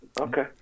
okay